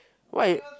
why